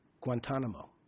Guantanamo